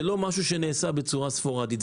זה לא דבר שנעשה בצורה ספורדית.